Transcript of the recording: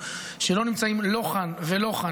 יש מרכיבים נוספים שלא נמצאים לא כאן ולא כאן